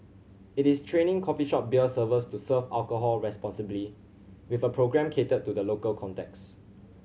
it is training coffee shop beer servers to serve alcohol responsibly with a programme catered to the local context